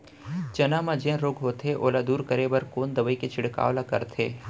चना म जेन रोग होथे ओला दूर करे बर कोन दवई के छिड़काव ल करथे?